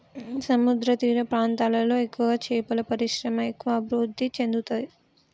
సముద్రతీర ప్రాంతాలలో ఎక్కువగా చేపల పరిశ్రమ ఎక్కువ అభివృద్ధి చెందుతది